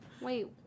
Wait